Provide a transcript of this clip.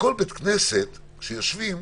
בכל בית כנסת שיושבים,